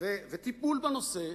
וטיפול בנושא,